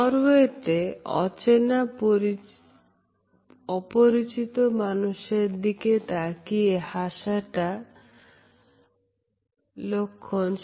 নরওয়েতে অচেনা অপরিচিত মানুষের দিকে তাকিয়ে হাসাটা লক্ষণ